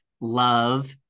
love